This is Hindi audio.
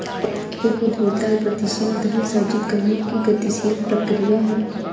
एक उद्यमिता वृद्धिशील धन सृजित करने की गतिशील प्रक्रिया है